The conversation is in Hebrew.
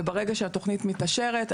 וברגע שהתכנית מתאשרת,